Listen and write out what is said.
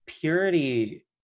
purity